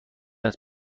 است